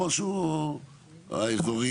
בשלב מסוים תזכיר החוק לא קודם ולקראת 2018-2020